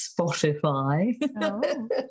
Spotify